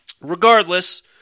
Regardless